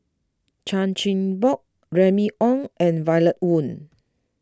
Chan Chin Bock Remy Ong and Violet Oon